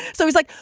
so he's like,